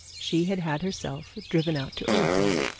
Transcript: she had had herself driven out to ullathorne.